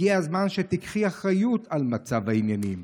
הגיע הזמן שתיקחי אחריות על מצב העניינים.